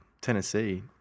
Tennessee